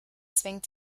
zwängt